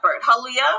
hallelujah